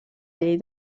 llei